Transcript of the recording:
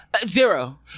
Zero